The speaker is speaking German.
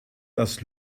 das